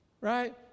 right